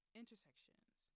intersections